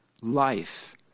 life